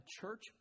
church